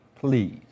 please